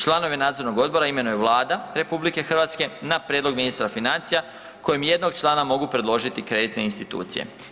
Članovi nadzornog odbora imenuje Vlada RH na prijedlog ministra financija kojem jednog člana mogu predložiti kreditne institucije.